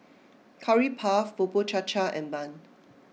Curry Puff Bubur Cha Cha and Bun